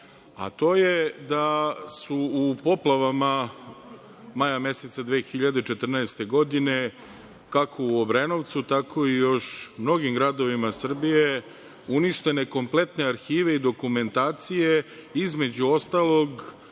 a to je da su u poplavama maja meseca 2014. godine, kako u Obrenovcu, tako i u mnogim gradovima Srbije, uništene kompletne arhive i dokumentacije. Između ostalog,